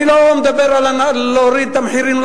אני לא מדבר על הורדת המחירים,